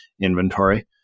inventory